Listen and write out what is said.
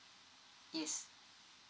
yes